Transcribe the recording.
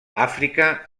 àfrica